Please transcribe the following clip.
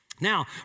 Now